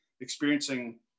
experiencing